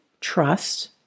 trust